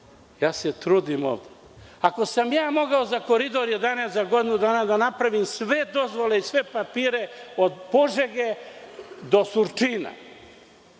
ali trudim se. Ako sam mogao za Koridor 11 za godinu dana da napravim sve dozvole i sve papire od Požege do Surčina